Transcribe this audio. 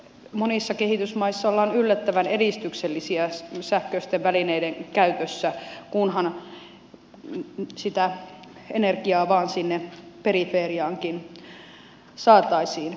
monissa kehitysmaissa ollaan yllättävän edistyksellisiä sähköisten välineiden käytössä kunhan sitä energiaa vain sinne periferiaankin saataisiin